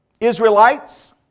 Israelites